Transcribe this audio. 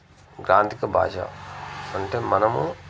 గ్రాంథిక భాష అంటే మనము